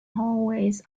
hallways